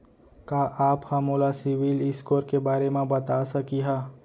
का आप हा मोला सिविल स्कोर के बारे मा बता सकिहा?